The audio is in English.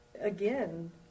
again